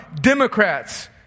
Democrats